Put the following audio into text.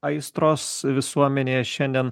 aistros visuomenėje šiandien